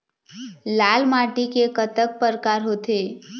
लाल माटी के कतक परकार होथे?